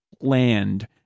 Land